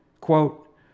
Quote